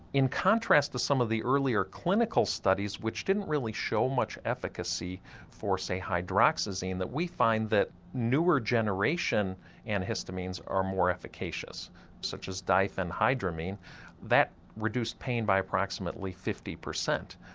in contrast to some of the earlier clinical studies which didn't really show much efficacy for say hydroxyzine we find that newer generation antihistamines are more efficacious such as diphenhydramine that reduced pain by approximately fifty percent.